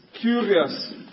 curious